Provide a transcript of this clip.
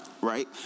right